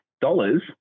dollars